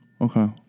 Okay